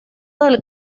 del